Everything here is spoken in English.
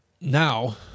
now